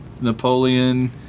Napoleon